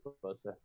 process